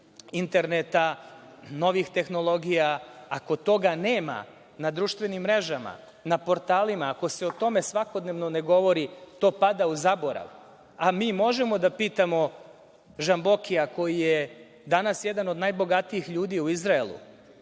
interneta, novih tehnologija. Ako toga nema na društvenim mrežama, na portalima, ako se o tome svakodnevno ne govori, to pada u zaborav, a mi možemo da pitamo Žambokija, koji je danas jedan od najbogatijih ljudi u Izraelu,